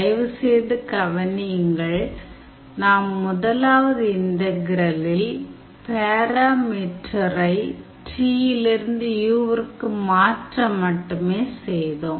தயவுசெய்து கவனியுங்கள் நாம் முதலாவது இன்டகிரலில் பேராமீட்டரை t யிலிருந்து u விற்கு மாற்ற மட்டுமே செய்தோம்